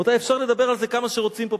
רבותי, אפשר לדבר על זה כמה שרוצים פה.